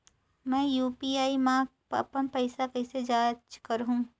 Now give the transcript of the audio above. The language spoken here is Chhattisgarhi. मैं यू.पी.आई मा अपन पइसा कइसे जांच करहु?